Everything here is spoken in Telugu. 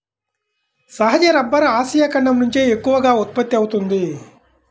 సహజ రబ్బరు ఆసియా ఖండం నుంచే ఎక్కువగా ఉత్పత్తి అవుతోంది